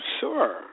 sure